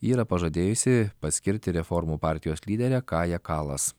yra pažadėjusi paskirti reformų partijos lyderę kają kalas